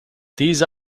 these